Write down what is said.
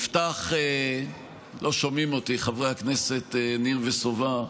נפתח, לא שומעים אותי, חברי הכנסת ניר וסובה,